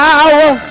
Power